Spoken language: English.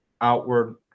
outward